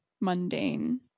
mundane